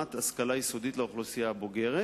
להשלמת השכלה יסודית לאוכלוסייה הבוגרת,